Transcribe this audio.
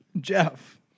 Jeff